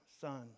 son